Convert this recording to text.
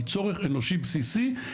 היא צורך אנושי בסיסי,